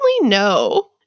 No